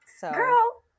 Girl